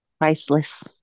priceless